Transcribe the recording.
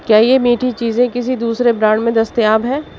کیا یہ میٹھی چیزیں کسی دوسرے برانڈ میں دستیاب ہیں